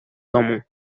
domu